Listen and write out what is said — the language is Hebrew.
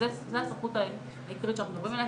זו הסמכות העיקרית שאנחנו מדברים עליה,